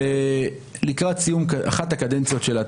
ולקראת סיום אחת הקדנציות שלה,